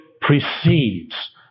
precedes